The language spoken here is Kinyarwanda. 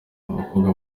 abakobwa